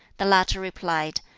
the latter replied,